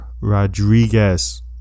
Rodriguez